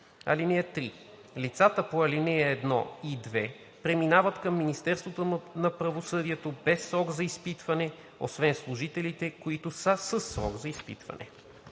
труда. (3) Лицата по ал. 1 и 2 преминават към Министерството на правосъдието без срок за изпитване освен служителите, които са със срок за изпитване.“